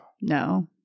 No